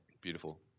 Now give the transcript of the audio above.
Beautiful